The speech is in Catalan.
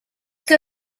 que